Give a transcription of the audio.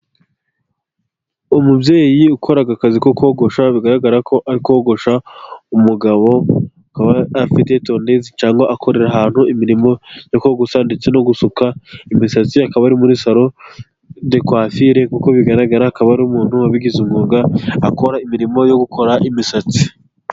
Umubyeyi ukora aka kazi ko kogosha bigaragara ko ari kogosha umugabo, akaba afite tondezi cyangwa akorera ahantu imirimo yo kogosha ndetse no gusuka imisatsi. Akaba ari muri saro dekwafire kuko bigaragara akaba ari umuntu wabigize umwuga akora imirimo yo gukora imisatsi.